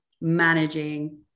managing